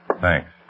Thanks